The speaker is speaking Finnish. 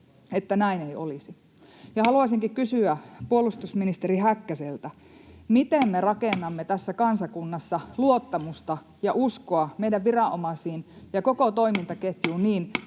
Haluaisinkin kysyä puolustusministeri Häkkäseltä: Miten me rakennamme tässä kansakunnassa luottamusta ja uskoa meidän viranomaisiin ja koko toimintaketjuun niin,